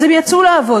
אז הם יצאו לעבוד.